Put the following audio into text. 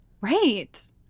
Right